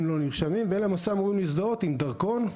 הם לא נרשמים והם למעשה אמורים להזדהות עם דרכון,